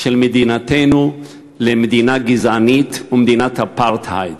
של מדינתנו למדינה גזענית ומדינת אפרטהייד,